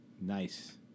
Nice